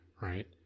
Right